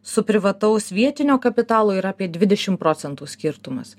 su privataus vietinio kapitalo yra apie dvidešimt procentų skirtumas